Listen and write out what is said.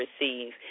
receive